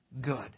good